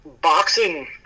boxing